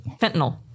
fentanyl